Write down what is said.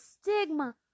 stigma